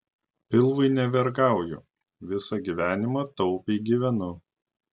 pilvui nevergauju visą gyvenimą taupiai gyvenu